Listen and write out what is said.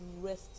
rest